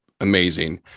amazing